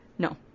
No